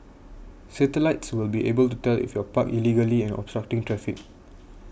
satellites will be able to tell if you're parked illegally and obstructing traffic